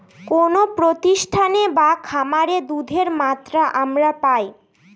কোনো প্রতিষ্ঠানে বা খামারে দুধের মাত্রা আমরা পাই